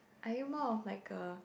are you more of like a